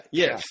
yes